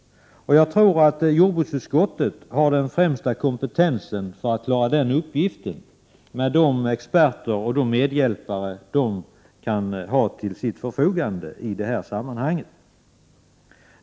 Jag tror att jordbruksutskottet har den främsta kompetensen för att klara den uppgiften, med de experter och de medhjälpare det utskottet i det här sammanhanget kan ha till sitt förfogande.